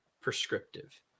prescriptive